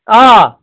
آ